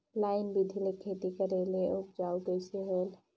Line बिधी ले खेती करेले उपजाऊ कइसे होयल?